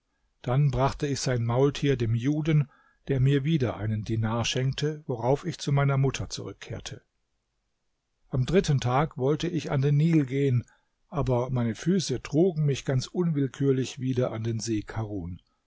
dann brachte ich sein maultier dem juden der mir wieder einen dinar schenkte worauf ich zu meiner mutter zurückkehrte am dritten tag wollte ich an den nil gehen aber mein füße trugen mich ganz unwillkürlich wieder an den see karun